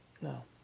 No